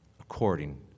according